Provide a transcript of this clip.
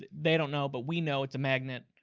they don't know, but we know it's a magnet.